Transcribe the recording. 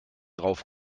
darauf